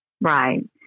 Right